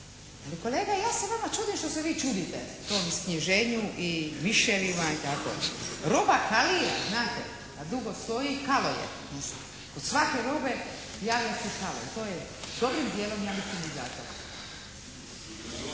kolega ja vama čudim što se vi čudite tom isknjiženju, i miševima i tako. Roba kalira znate, kad dugo stoji kalo je, kod svake robe javlja se kalo i to je dobrim djelom ja mislim